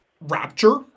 Rapture